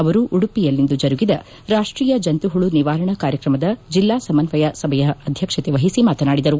ಅವರು ಉಡುಪಿಯಲ್ಲಿಂದು ಜರುಗಿದ ರಾಷ್ಟೀಯ ಜಂತುಹುಳ ನಿವಾರಣಾ ಕಾರ್ಯಕ್ರಮದ ಜಿಲ್ಲಾ ಸಮನ್ವಯ ಸಭೆಯ ಅಧ್ಯಕ್ಷತೆ ವಹಿಸಿ ಅವರು ಮಾತನಾಡಿದರು